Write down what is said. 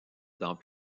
dans